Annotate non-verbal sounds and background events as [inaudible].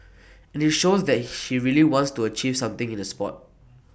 and IT shows that [noise] she really wants to achieve something in the Sport